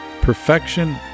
Perfection